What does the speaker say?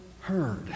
heard